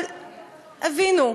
אבל הבינו,